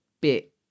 bit